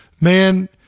man